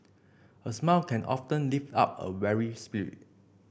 a smile can often lift up a weary spirit